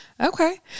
Okay